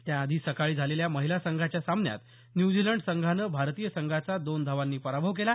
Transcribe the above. त्याआधी सकाळी झालेल्या महिला संघांच्या सामन्यात न्यूझीलंड संघानं भारतीय संघाचा दोन धावांनी पराभव केला